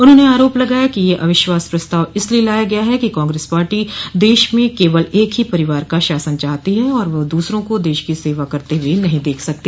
उन्होंने आरोप लगाया कि यह अविश्वास प्रस्ताव इसलिए लाया गया है कि कांग्रेस पार्टी देश में केवल एक परिवार का शासन चाहती है और वह दूसरों को देश की सेवा करते हुए नहीं देख सकती